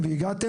של ידיים